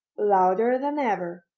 louder than ever.